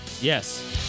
Yes